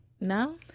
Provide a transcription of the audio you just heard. No